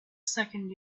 second